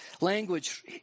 language